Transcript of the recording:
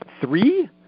three